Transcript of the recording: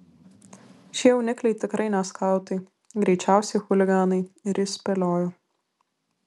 šie jaunikliai tikrai ne skautai greičiausiai chuliganai ir jis spėliojo